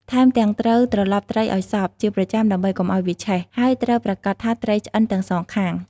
ថែមទាំងត្រូវត្រឡប់ត្រីឲ្យសព្វ ជាប្រចាំដើម្បីកុំឲ្យវាឆេះ ហើយត្រូវប្រាកដថាត្រីឆ្អិនទាំងសងខាង។